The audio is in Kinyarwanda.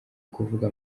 kuvuga